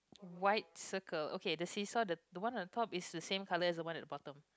white circle okay the see saw the the one on the top is the same color as the one at the bottom